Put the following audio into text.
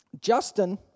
Justin